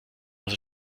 dass